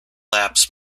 laps